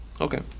okay